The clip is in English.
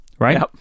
right